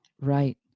Right